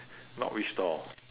not which stall